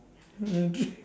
okay